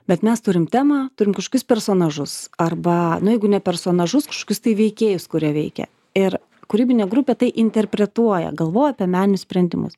bet mes turim temą turim kažkokius personažus arba nu jeigu ne personažus kažkokius tai veikėjus kurie veikia ir kūrybinė grupė tai interpretuoja galvoja apie meninius sprendimus